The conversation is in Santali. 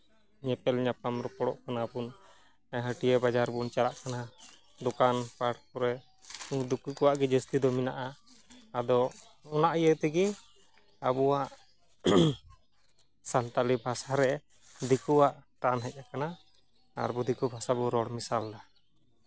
ᱧᱮᱯᱮᱞ ᱧᱟᱯᱟᱢ ᱨᱚᱯᱚᱲᱚᱜ ᱠᱟᱱᱟ ᱵᱚᱱ ᱦᱟᱹᱴᱤᱭᱟᱹ ᱵᱟᱡᱟᱨ ᱵᱚᱱ ᱪᱟᱞᱟᱜ ᱠᱟᱱᱟ ᱫᱚᱠᱟᱱ ᱯᱟᱴᱷ ᱠᱚᱨᱮ ᱫᱤᱠᱩ ᱠᱚᱣᱟᱜ ᱜᱮ ᱡᱟᱹᱥᱛᱤ ᱫᱚ ᱢᱮᱱᱟᱜᱼᱟ ᱟᱫᱚ ᱚᱱᱟ ᱤᱭᱟᱹ ᱛᱮᱜᱮ ᱟᱵᱚᱣᱟᱜ ᱥᱟᱱᱛᱟᱞᱤ ᱵᱷᱟᱥᱟ ᱨᱮ ᱫᱤᱠᱩᱣᱟᱜ ᱴᱟᱱ ᱦᱮᱡ ᱟᱠᱟᱱᱟ ᱟᱨ ᱵᱚ ᱫᱤᱠᱩ ᱵᱷᱟᱥᱟ ᱵᱚᱱ ᱨᱚᱲ ᱢᱮᱥᱟᱞᱫᱟ